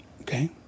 okay